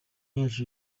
yacu